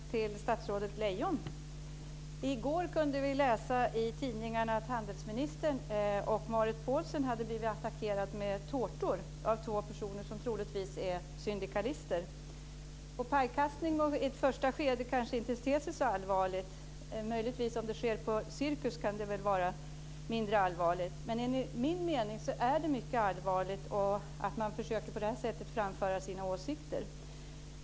Herr talman! Jag har en fråga att ställa till statsrådet Lejon. I går kunde vi läsa i tidningarna att handelsministern och Marit Paulsen hade blivit attackerade med tårtor av två personer som troligtvis är syndikalister. Pajkastning ter sig i ett första skede kanske inte så allvarligt. Om det sker på cirkus kan det vara mindre allvarligt. Men enligt min mening är det mycket allvarligt att man på detta sätt försöker framföra sina åsikter.